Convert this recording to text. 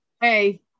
Hey